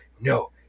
No